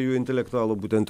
jų intelektualų būtent